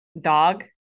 dog